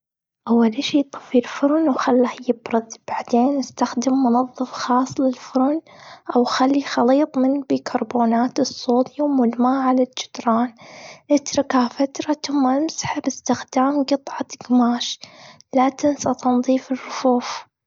أول إشي، طفي الفرن وخليه يبرد. بعدين إستخدم منظف خاص للفرن أو خلي خليط من بيكربونات الصوديوم والماء على الجدران. إتركها فترة، ثم إمسحها بإستخدام جطعة جماش. لا تنسى تنظيف الرفوف.